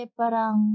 parang